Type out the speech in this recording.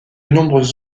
nombreux